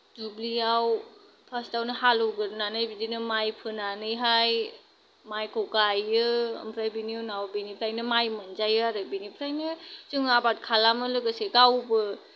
दुब्लियाव फास्तावनो हालेवगोरनानै बिदिनो माइ फोनानैहाय माइखौ गायो ओमफ्राय बिनि उनाव बेनिखायनो माइ मोनजायो आरो बेनिफ्रायनो जोङो आबाद खालामो लोगोसे गावबो